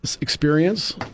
experience